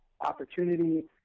opportunity